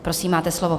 Prosím, máte slovo.